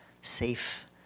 safe